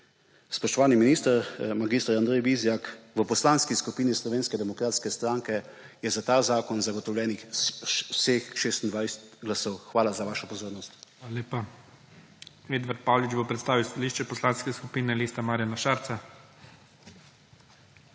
Spoštovani minister mag. Andrej Vizjak, v Poslanski skupini Slovenske demokratske stranke je za ta zakon zagotovljenih vseh 26 glasov. Hvala za vašo pozornost. **PREDSEDNIK IGOR ZORČIČ:** Hvala lepa. Edvard Paulič bo predstavil stališče Poslanke skupine Lista Marjana Šarca.